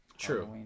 true